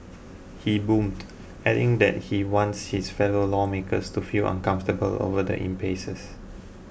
he boomed adding that he wants his fellow lawmakers to feel uncomfortable over the impasses